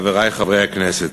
חברי חברי הכנסת,